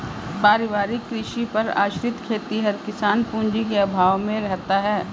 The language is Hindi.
पारिवारिक कृषि पर आश्रित खेतिहर किसान पूँजी के अभाव में रहता है